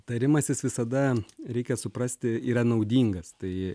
tarimasis visada reikia suprasti yra naudingas tai